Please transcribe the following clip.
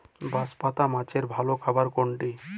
বাঁশপাতা মাছের ভালো খাবার কোনটি?